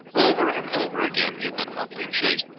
over and over again he had been hotly chased,